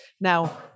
Now